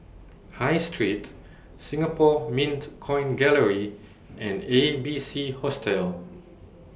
High Street Singapore Mint Coin Gallery and A B C Hostel